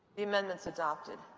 the amendment's adopted.